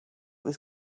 was